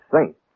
Saint